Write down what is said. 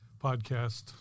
podcast